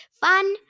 Fun